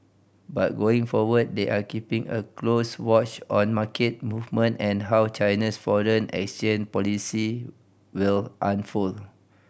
but going forward they are keeping a close watch on market movement and how China's foreign exchange policy will unfold